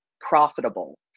profitable